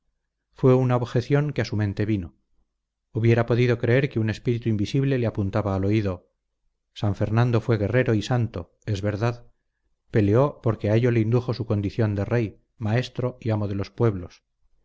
fue una objeción que a su mente vino hubiera podido creer que un espíritu invisible le apuntaba al oído san fernando fue guerrero y santo es verdad peleó porque a ello le indujo su condición de rey maestro y amo de los pueblos